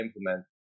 implement